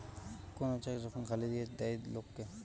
কোন চেক যখন খালি দিয়ে দেয় লোক কে